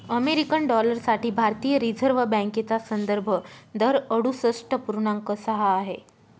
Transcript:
American dollar साठी भारतीय reserve बँकेचा संदर्भ दर अडुसष्ठ पूर्णांक सहा आहे